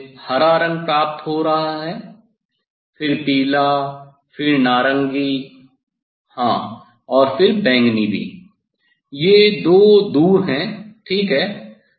मुझे हरा रंग प्राप्त हो रहा है फिर पीला फिर नारंगी हां और फिर बैंगनी भी ये दो दूर हैं ठीक है